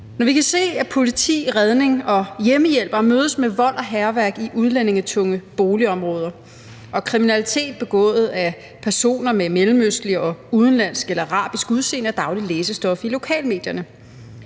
når vi kan se, at politi, redningsfolk og hjemmehjælpere mødes med vold og hærværk i udlændingetunge boligområder. Og kriminalitet begået af personer med mellemøstligt eller udenlandsk eller arabisk udseende er dagligt læsestof i lokalmedierne.